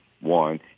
one